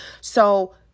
So-